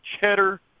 Cheddar